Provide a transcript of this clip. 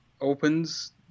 opens